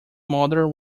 mother